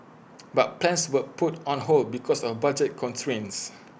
but plans were put on hold because of budget constraints